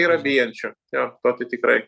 yra bijančių jo to tai tikrai